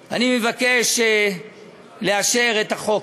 אני מבקש לאשר את החוק,